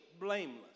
blameless